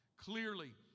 Clearly